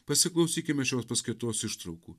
pasiklausykime šios paskaitos ištraukų